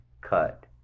cut